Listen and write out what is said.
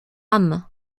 âme